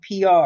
PR